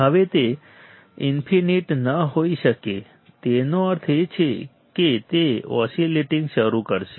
હવે તે ઇન્ફનિટ ન હોઈ શકે તેનો અર્થ એ કે તે ઓસીલેટીંગ શરૂ કરશે